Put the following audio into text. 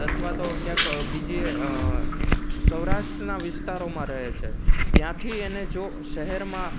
અથવા તો ક્યાંક બીજે સૌરાષ્ટ્રના વિસ્તારોમાં રહે છે ત્યાંની એને જો શહેરમાં